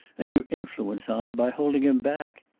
and your influence on him, by holding him back.